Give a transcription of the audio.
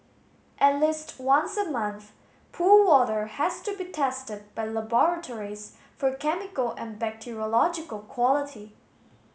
at least once a month pool water has to be tested by laboratories for chemical and bacteriological quality